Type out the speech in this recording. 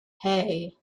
hey